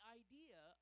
idea